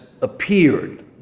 appeared